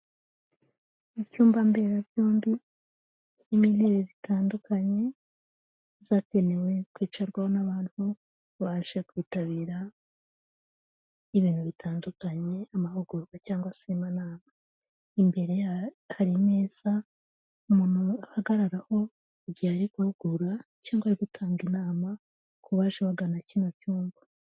Mu cyumba mberabyombi kirimo intebe zitandukanye, zagenewe kwicarwaho n'abantu baje kwitabira ibintu bitandukanye, amahugurwa cyangwa se amanama, imbere hari meza, umuntu ahagararaho igihe ari guhugura cyangwa ari gutanga inama ku baje bagana kino cyumba.